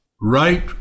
Right